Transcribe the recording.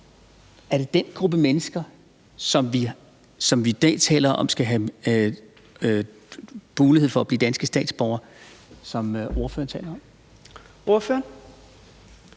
Er det den gruppe mennesker, som vi i dag taler om skal have mulighed for at blive danske statsborgere, som ordføreren taler om? Kl.